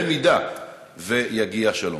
אם יגיע שלום?